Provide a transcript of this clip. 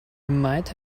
might